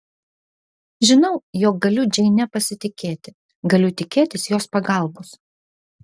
žinau jog galiu džeine pasitikėti galiu tikėtis jos pagalbos